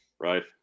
right